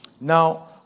Now